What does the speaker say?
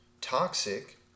toxic